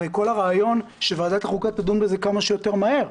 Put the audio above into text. הרי כל הרעיון הוא שוועדת החוקה תדון בזה כמה שיותר מהר.